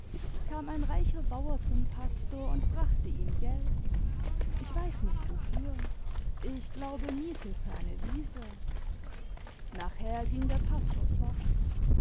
kam ein reicher bauer zum pastor und brachte ihm geld ich weiß nicht wofür ich glaube miete für eine wiese nachher ging der pastor fort